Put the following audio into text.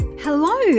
Hello